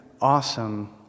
awesome